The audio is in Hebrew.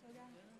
תודה.